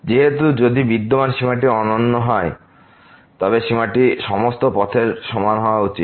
যেহেতু যদি বিদ্যমান সীমাটি অনন্য হয় তবে সীমাটি সমস্ত পথের সমান হওয়া উচিত